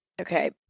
okay